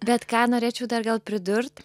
bet ką norėčiau dar gal pridurt